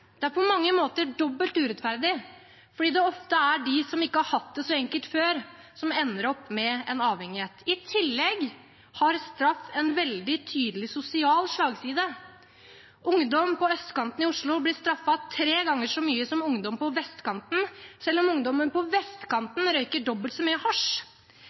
Det er på mange måter dobbelt urettferdig, fordi det ofte er de som ikke har hatt det så enkelt før, som ender opp med avhengighet. I tillegg har straff en veldig tydelig sosial slagside. Ungdom på østkanten i Oslo blir straffet tre ganger så mye som ungdom på vestkanten, selv om ungdommen på vestkanten røyker dobbelt så mye